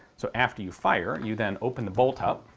so after you fire, you then open the bolt up,